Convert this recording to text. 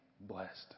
blessed